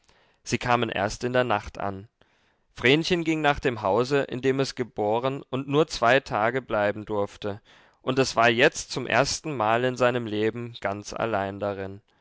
sie kamen erst in der nacht an vrenchen ging nach dem hause in dem es geboren und nur zwei tage bleiben durfte und es war jetzt zum erstenmal in seinem leben ganz allein darin